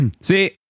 See